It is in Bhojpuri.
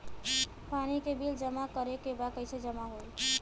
पानी के बिल जमा करे के बा कैसे जमा होई?